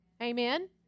Amen